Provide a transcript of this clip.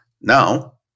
Now